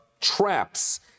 traps